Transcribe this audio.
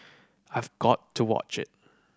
I've got to watch it